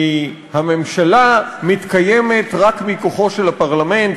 כי הממשלה מתקיימת רק מכוחו של הפרלמנט,